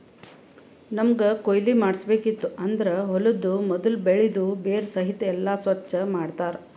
ನಮ್ಮಗ್ ಕೊಯ್ಲಿ ಮಾಡ್ಸಬೇಕಿತ್ತು ಅಂದುರ್ ಹೊಲದು ಮೊದುಲ್ ಬೆಳಿದು ಬೇರ ಸಹಿತ್ ಎಲ್ಲಾ ಸ್ವಚ್ ಮಾಡ್ತರ್